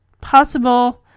Possible